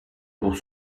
pour